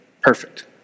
perfect